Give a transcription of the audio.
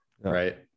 right